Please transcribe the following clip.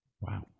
Wow